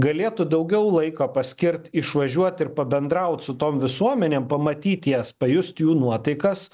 galėtų daugiau laiko paskirt išvažiuot ir pabendraut su tom visuomenėm pamatyt jas pajust jų nuotaikas